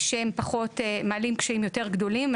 שהם מעלים קשיים יותר גדולים.